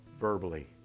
verbally